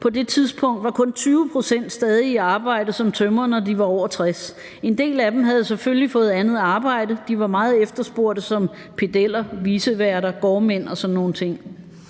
På det tidspunkt var kun 20 pct. stadig i arbejde som tømrer, når de var over 60 år. En del af dem havde selvfølgelig fået andet arbejde. De var meget efterspurgte som pedeller, viceværter, gårdmænd og sådan nogle ting.